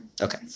Okay